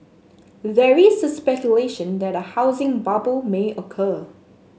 there is speculation that a housing bubble may occur